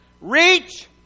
Reach